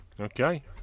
Okay